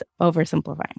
oversimplifying